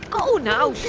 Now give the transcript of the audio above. oh no!